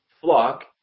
flock